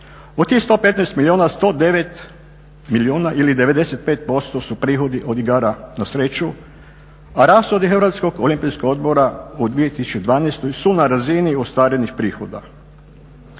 U tih 115 milijuna, 109 milijuna ili 95% su prihodi od igara na sreću, a rashodi Hrvatskog olimpijskog odbora u 2012. su na razini ostvarenih prihoda.